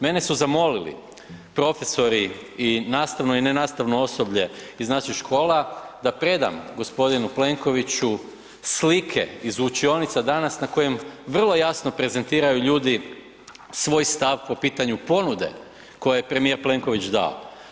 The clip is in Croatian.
Mene su zamolili profesori i nastavno i nenastavno osoblje iz naših škola da predam gospodinu Plenkoviću slike iz učionica danas na kojim vrlo jasno prezentiraju ljudi svoj stav po pitanju ponude koju je premijer Plenković dao.